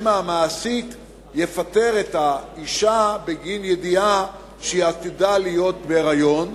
שמא המעסיק יפטר את האשה בגין ידיעה שהיא עתידה להיות בהיריון,